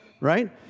right